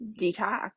detox